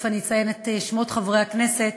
ותכף אציין את שמות חברי הכנסת,